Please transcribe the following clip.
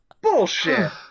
Bullshit